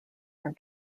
are